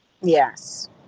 Yes